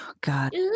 God